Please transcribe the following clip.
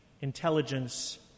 intelligence